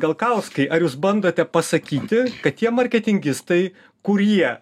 galkauskai ar jūs bandote pasakyti kad tie marketingistai kurie